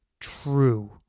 true